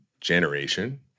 generation